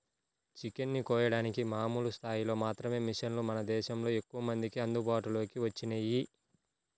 chicken ని కోయడానికి మామూలు స్థాయిలో మాత్రమే మిషన్లు మన దేశంలో ఎక్కువమందికి అందుబాటులోకి వచ్చినియ్యి